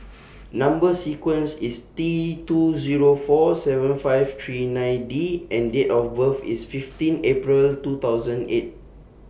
Number sequence IS T two Zero four seven five three nine D and Date of birth IS fifteen April two thousand and eight